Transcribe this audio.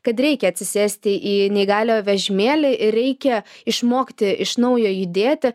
kad reikia atsisėsti į neįgaliojo vežimėlį ir reikia išmokti iš naujo judėti